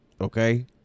Okay